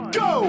go